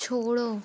छोड़ो